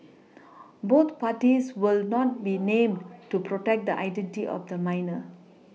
both parties will not be named to protect the identity of the minor